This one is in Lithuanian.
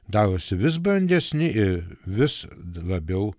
darosi vis brandesni ir vis labiau